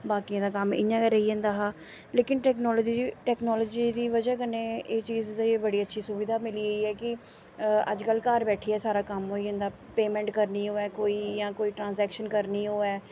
बाकियें दा कम्म इ'यां गै रेही जंदा हा लेकिन टैकनोलजी टैकनोलजी दी बजह कन्नै एह् चीज ते बड़ी अच्छी सुविधा मिली गेई ऐ कि अज्जकल घार बैठियै सारा कम्म होई जंदा पेमेंट करनी होऐ कोई जां कोई ट्रांसऐक्शन करनी होऐ